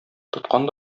тоткан